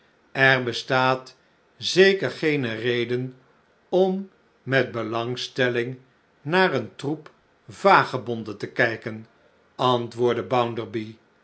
er bestaat zeker geene reden om met belangstelling naar een troep vagebonden te kijken antwoordde